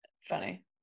funny